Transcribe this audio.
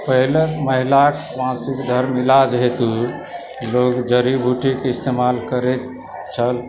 पहिले महिलाक मासिक धर्मक इलाज हेतु लोग जड़ी बूटीके इस्तेमाल करैत छल